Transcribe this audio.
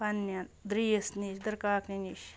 پَننیٚن درٛیِس نِش دٕرکاکنہِ نِش